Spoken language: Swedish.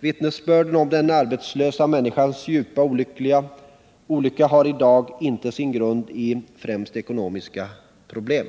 Vittnesbörd talar om att den arbetslösa människans djupa olycka i dag inte främst har sin grund i ekonomiska problem.